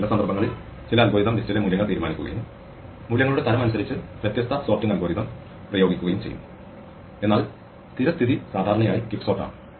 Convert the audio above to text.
ചില സന്ദർഭങ്ങളിൽ ചില അൽഗോരിതം ലിസ്റ്റിലെ മൂല്യങ്ങൾ തീരുമാനിക്കുകയും മൂല്യങ്ങളുടെ തരം അനുസരിച്ച് വ്യത്യസ്ത സോർട്ടിങ് അൽഗോരിതം പ്രയോഗിക്കുകയും ചെയ്യും എന്നാൽ സ്ഥിരസ്ഥിതി സാധാരണയായി ക്വിക്സോർട്ട് ആണ്